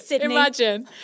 Imagine